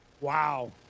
wow